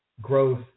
growth